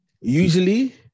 usually